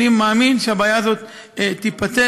אני מאמין שהבעיה הזאת תיפתר.